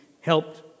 helped